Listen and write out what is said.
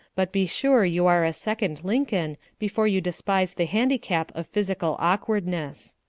but be sure you are a second lincoln before you despise the handicap of physical awkwardness.